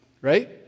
right